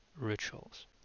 rituals